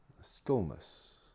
Stillness